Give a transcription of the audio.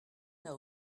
n’a